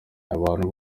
abantu